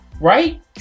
right